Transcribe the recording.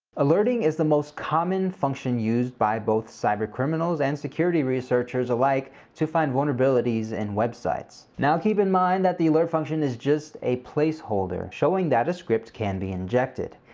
alerting is the most common function used by both cybercriminals and security researchers alike to find vulnerabilities in websites. now keep in mind that the alert function is just a placeholder showing that a script can be injected.